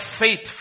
faith